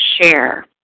share